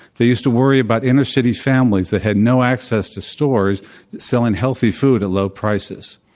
they used to worry about inner city families that had no access to stores selling healthy food at low prices.